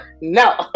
no